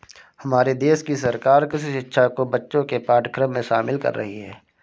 हमारे देश की सरकार कृषि शिक्षा को बच्चों के पाठ्यक्रम में शामिल कर रही है